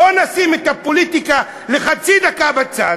בואו נשים את הפוליטיקה לחצי דקה בצד